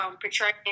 portraying